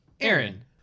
Aaron